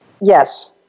Yes